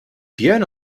björn